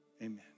Amen